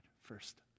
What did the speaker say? first